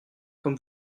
comme